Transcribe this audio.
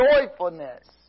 joyfulness